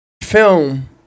Film